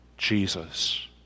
Jesus